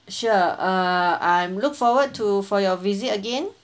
sure uh I'm look forward to for your visit again